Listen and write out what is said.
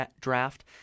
draft